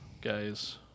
guys